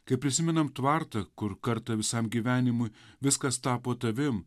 kai prisimenam tvartą kur kartą visam gyvenimui viskas tapo tavim